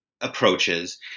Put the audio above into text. approaches